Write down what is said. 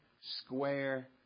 square